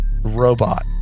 robot